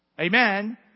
Amen